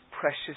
precious